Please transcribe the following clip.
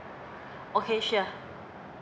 okay sure